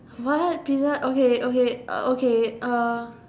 what pizza okay okay uh okay uh